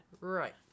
Right